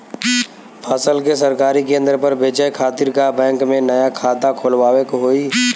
फसल के सरकारी केंद्र पर बेचय खातिर का बैंक में नया खाता खोलवावे के होई?